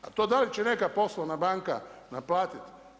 A to da li će neka poslovna banka naplatiti.